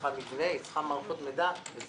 צריכה מבנה, צריכה מערכות מידע.